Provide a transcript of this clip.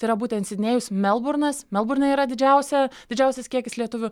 tai yra būtent sidnėjus melburnas melburne yra didžiausia didžiausias kiekis lietuvių